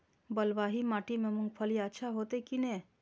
बलवाही माटी में मूंगफली अच्छा होते की ने?